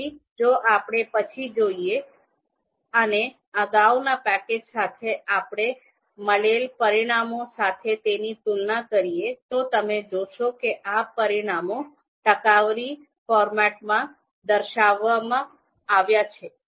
તેથી જો આપણે પાછા જઈએ અને અગાઉના પેકેજ સાથે આપણે મળેલા પરિણામો સાથે તેની તુલના કરીએ તો તમે જોશો કે આ પરિણામો ટકાવારી ફોર્મેટમાં દર્શાવવામાં આવ્યા છે